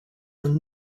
are